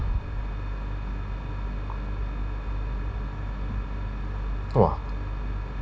!wah!